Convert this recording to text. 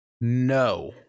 No